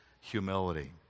humility